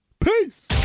Peace